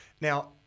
now